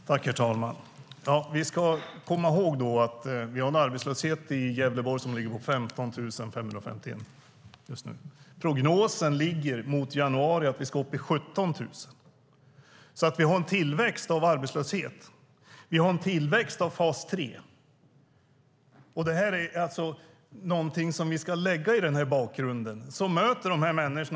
Herr talman! Vi ska komma ihåg att vi har en arbetslöshet i Gävleborg som ligger på 15 551 just nu. Prognosen visar att vi i januari kommer upp i 17 000. Vi har alltså en tillväxt av arbetslöshet. Vi har en tillväxt av fas 3. Detta är någonting vi ska lägga i bakgrunden - vi som möter dessa människor.